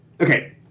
Okay